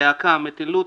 "להקה" מטילות